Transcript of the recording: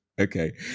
Okay